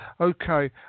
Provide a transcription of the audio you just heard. Okay